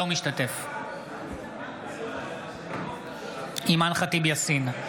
אינו משתתף בהצבעה אימאן ח'טיב יאסין,